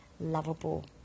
lovable